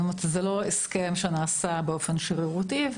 זהו לא הסכם שנעשה באופן שרירותי,